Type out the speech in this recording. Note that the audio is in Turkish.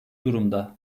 durumda